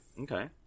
Okay